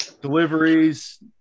deliveries